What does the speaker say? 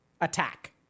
attack